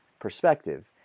perspective